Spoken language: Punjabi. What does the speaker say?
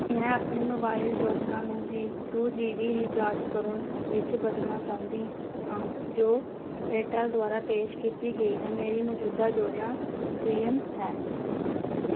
ਮੈਂ ਆਪਣੀ ਮੋਬਾਈਲ ਯੋਜਨਾ ਨੂੰ G two G B recharge ਕਰੋ ਵਿੱਚ ਬਦਲਣਾ ਚਾਹੁੰਦੀ ਹਾਂ ਜੋ ਏਅਰਟੈੱਲ ਦੁਆਰਾ ਪੇਸ਼ ਕੀਤੀ ਗਈ ਹੈ ਮੇਰੀ ਮੌਜੂਦਾ ਯੋਜਨਾ ਪ੍ਰੀਅਮ ਹੈ